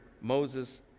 Moses